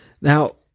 now